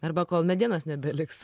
arba kol medienos nebeliks